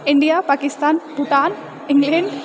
India Pakistan Bhutan England